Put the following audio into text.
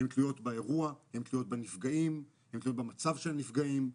הן תלויות באירוע, בנפגעים, במצב של הנפגעים.